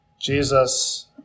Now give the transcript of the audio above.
Jesus